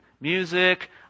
music